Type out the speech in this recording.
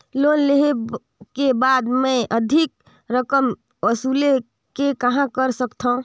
Loan लेहे के बाद मे अधिक रकम वसूले के कहां कर सकथव?